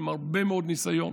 עם הרבה מאוד ניסיון.